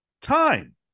time